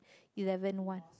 eleven one